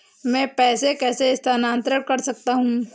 मैं पैसे कैसे स्थानांतरण कर सकता हूँ?